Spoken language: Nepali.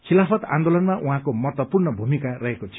खिलाफत आन्दोलनमा उहाँको महत्वपूर्ण भूमिका रहेको थियो